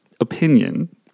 opinion